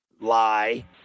lie